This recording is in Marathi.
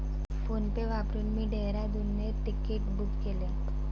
फोनपे वापरून मी डेहराडूनचे तिकीट बुक केले